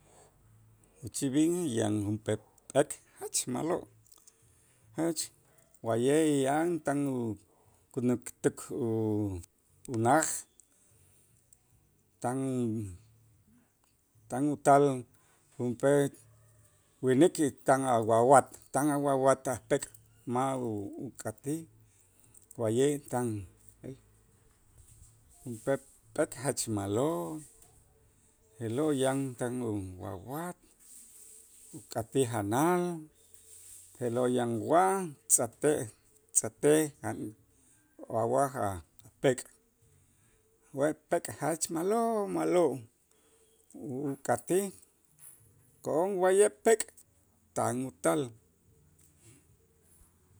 Uchij b'in yan junp'ee pek' jach ma'lo' jach wa'ye' yan tan ukänäktuk u- unaj tan tan utal junp'ee winik y tan awawat, tan awawat a pek' ma' u- uk'atij wa'ye' tan junp'ee pek' jach ma'lo' je'lo' yan tan uwawat, uk'atij janal je'lo' yan waj tz'ajtej tz'ajtej a' waj a' pek', wa pek' jach ma'lo' ma'lo' u- uk'atij ko'on wa'ye' pek' tan utal.